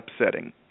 upsetting